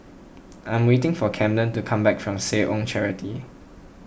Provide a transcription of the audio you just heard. I am waiting for Camden to come back from Seh Ong Charity